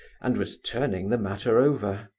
and was turning the matter over.